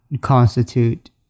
constitute